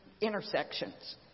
intersections